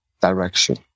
direction